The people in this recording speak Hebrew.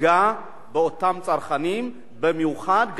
יפגע באותם צרכנים במיוחד,